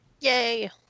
Yay